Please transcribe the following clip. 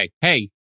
hey